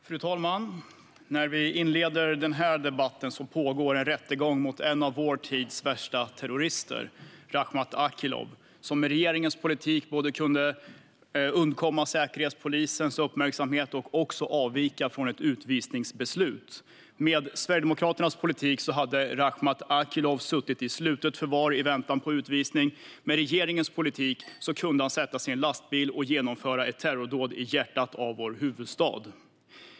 Fru talman! När vi inleder denna debatt pågår en rättegång mot en av vår tids värsta terrorister, Rakhmat Akilov, som med regeringens politik både kunde undkomma Säkerhetspolisens uppmärksamhet och avvika från ett utvisningsbeslut. Med Sverigedemokraternas politik hade Rakhmat Akilov suttit i slutet förvar i väntan på utvisning. Men med regeringens politik kunde han sätta sig i en lastbil och genomföra ett terrordåd i hjärtat av vår huvudstad.